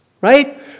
right